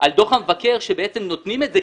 על דוח המבקר בזה שאנחנו נותנים את זה,